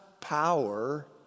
power